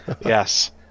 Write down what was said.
yes